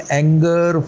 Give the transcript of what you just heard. anger